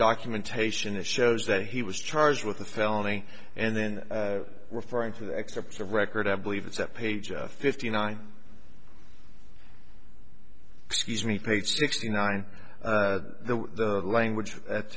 documentation that shows that he was charged with a felony and then referring to the excerpts of record i believe it's at page fifty nine excuse me page sixty nine the language